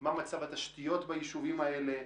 מה מצב התשתיות ביישובים האלה?